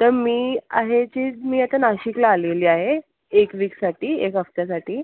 तर मी आहे ती मी आता नाशिकला आलेली आहे एक विकसाठी एक हफ्त्यासाठी